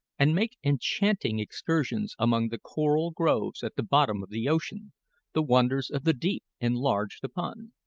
and make enchanting excursions among the coral groves at the bottom of the ocean the wonders of the deep enlarged upon.